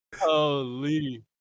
Holy